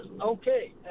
okay